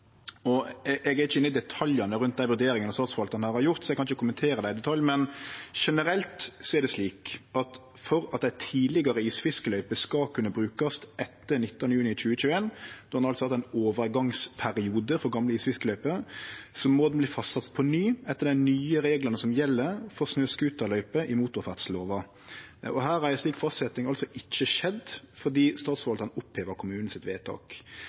Nordland. Eg er ikkje inne i detaljane rundt dei vurderingane Statsforvaltaren her har gjort, så eg kan ikkje kommentere det i detalj, men generelt er det slik at for at ei tidlegare isfiskeløype skal kunne brukast etter 19. juni 2021 – ein har altså hatt ein overgangsperiode for gamle isfiskeløyper – må det verte fastsett på ny etter dei nye reglane som gjeld for snøscooterløyper i motorferdsellova. Her har ei slik fastsetjing altså ikkje skjedd, fordi Statsforvaltaren oppheva kommunen sitt vedtak.